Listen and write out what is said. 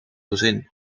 gezin